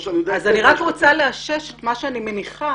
אני רק רוצה לאשש את מה שאני מניחה,